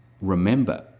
Remember